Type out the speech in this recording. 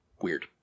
weird